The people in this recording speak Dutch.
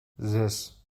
zes